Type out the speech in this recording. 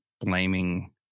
blaming